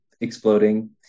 exploding